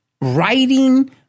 writing